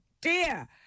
dear